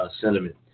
sentiment